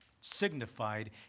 signified